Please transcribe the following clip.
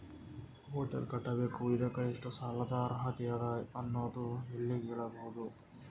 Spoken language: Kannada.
ಹೊಟೆಲ್ ಕಟ್ಟಬೇಕು ಇದಕ್ಕ ಎಷ್ಟ ಸಾಲಾದ ಅರ್ಹತಿ ಅದ ಅನ್ನೋದು ಎಲ್ಲಿ ಕೇಳಬಹುದು?